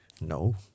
No